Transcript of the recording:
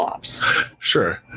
Sure